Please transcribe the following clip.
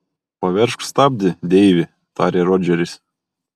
paveržk stabdį deivi tarė rodžeris